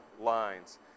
lines